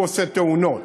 שהוא עושה תאונות.